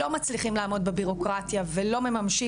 לא מצליחים לעמוד בבירוקרטיה ולא ממשים